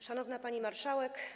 Szanowna Pani Marszałek!